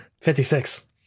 56